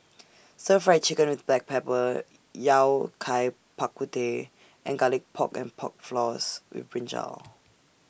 Stir Fried Chicken with Black Pepper Yao Cai Bak Kut Teh and Garlic Pork and Pork Floss with Brinjal